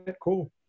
cool